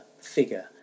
figure